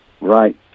Right